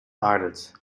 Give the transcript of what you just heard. adels